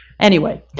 anyway.